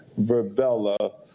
Verbella